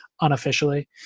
unofficially